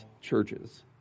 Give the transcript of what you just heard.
churches